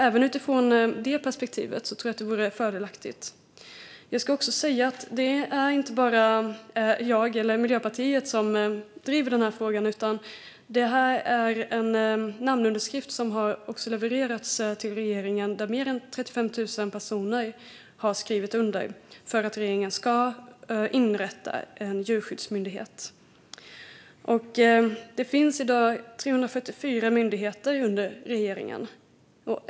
Även utifrån det perspektivet tror jag alltså att det vore fördelaktigt. Det är inte bara jag och Miljöpartiet som driver denna fråga. En namninsamling har levererats till regeringen, där mer än 35 000 personer har skrivit under för att regeringen ska inrätta en djurskyddsmyndighet. Det finns i dag 344 myndigheter under regeringen.